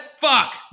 fuck